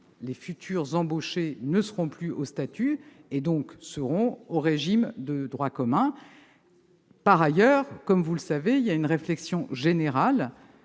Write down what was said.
les futurs embauchés ne seront plus au statut, et seront donc au régime de droit commun. Par ailleurs, vous le savez, une réflexion générale